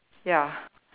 ya